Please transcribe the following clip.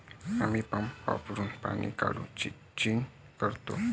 आम्ही पंप वापरुन पाणी काढून सिंचन करतो